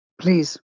Please